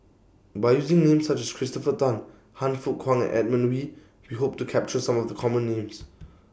By using Names such as Christopher Tan Han Fook Kwang and Edmund Wee We Hope to capture Some of The Common Names